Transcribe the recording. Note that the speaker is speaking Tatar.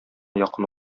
якын